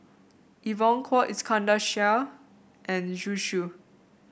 Evon Kow Iskandar Shah and Zhu Xu